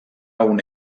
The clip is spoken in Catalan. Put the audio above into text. una